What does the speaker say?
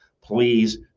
please